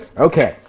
okay.